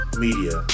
media